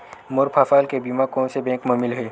मोर फसल के बीमा कोन से बैंक म मिलही?